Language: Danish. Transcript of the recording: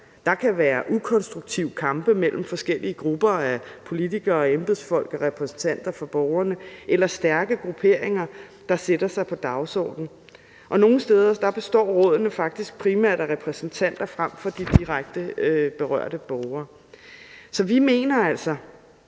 Der kan være ukonstruktive kampe mellem forskellige grupper af politikere, embedsfolk og repræsentanter for borgerne eller stærke grupperinger, der sætter sig på dagsordenen. Og nogle steder består rådene faktisk primært af repræsentanter frem for de direkte berørte borgere. Så vi mener altså,